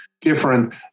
Different